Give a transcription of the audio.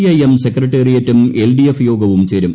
I M സെക്രട്ടേറിയറ്റും LDF യോഗവും ചേരും